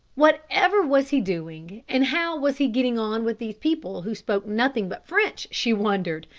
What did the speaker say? whatever was he doing, and how was he getting on with these people who spoke nothing but french, she wondered!